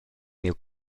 miu